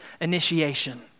initiation